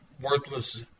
worthless